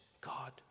God